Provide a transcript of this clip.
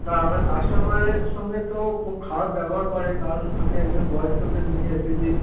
তা আমার কাস্টমারের সঙ্গে তো খুব খারাপ ব্যবহার করে কারণ আমি একজন বয়স্কদের নিয়ে এসেছি